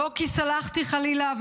לא כי סלחתי חלילה,